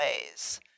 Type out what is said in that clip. ways